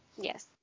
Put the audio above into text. Yes